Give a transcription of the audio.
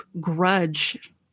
grudge